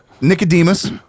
Nicodemus